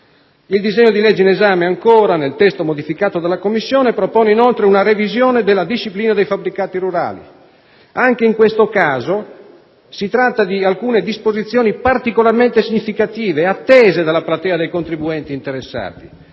Il disegno di legge in esame, nel testo modificato dalla Commissione, propone inoltre una revisione della disciplina dei fabbricati rurali. Anche in questo caso, si tratta di disposizioni particolarmente significative, attese dalla platea dei contribuenti interessati.